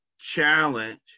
challenge